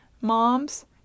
moms